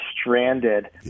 stranded